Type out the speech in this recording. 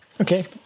Okay